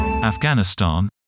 Afghanistan